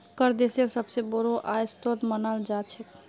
कर देशेर सबस बोरो आय स्रोत मानाल जा छेक